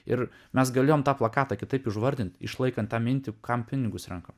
ir mes galėjome tą plakatą kitaip išvardinti išlaikant mintį kam pinigus ranka